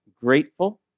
grateful